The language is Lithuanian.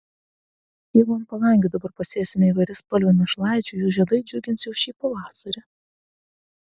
jeigu ant palangių dabar pasėsime įvairiaspalvių našlaičių jų žiedai džiugins jau ši pavasarį